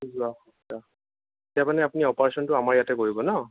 যোৱা বছৰ এতিয়া মানে আপুনি অপাৰেচনটো আমাৰ ইয়াতে কৰিব ন